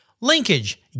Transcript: linkage